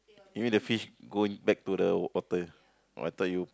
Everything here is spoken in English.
maybe the fish go in back to the water oh I thought you